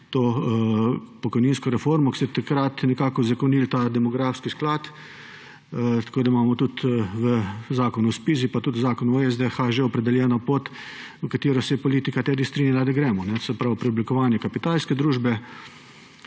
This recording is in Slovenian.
to pokojninsko reformo, takrat se je nekako uzakonil ta demografski sklad, tako da imamo tudi v Zakonu o ZPIZ pa tudi v Zakonu o SDH že opredeljeno pot, po kateri se je politika strinjala, da gremo, se pravi preoblikovanje Kapitalske družbe